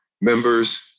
members